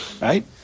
Right